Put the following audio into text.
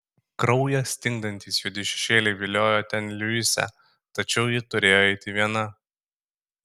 kraują stingdantys juodi šešėliai viliojo ten liusę tačiau ji turėjo eiti viena